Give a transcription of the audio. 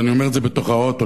אני אומר את זה בתוך האוטו.